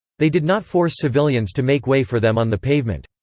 they did not force civilians to make way for them on the pavement.